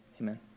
Amen